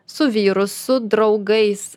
su vyru su draugais